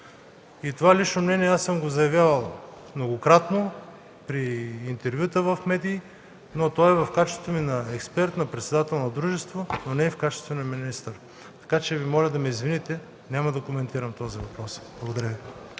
Това лично мнение аз съм го заявявал многократно при интервюта в медии, но то е в качеството ми на експерт и на председател на дружество, а не в качеството ми на министър. Така че моля да ме извините, няма да коментирам този въпрос. Благодаря Ви.